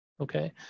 okay